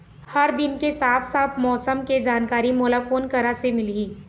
हर दिन के साफ साफ मौसम के जानकारी मोला कोन करा से मिलही?